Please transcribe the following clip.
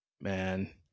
man